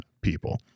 people